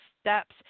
steps